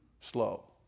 slow